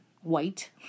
White